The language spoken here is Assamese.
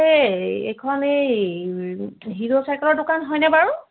এই এইখন এই হিৰো চাইকেলৰ দোকান হয়নে বাৰু